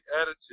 attitude